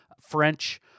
French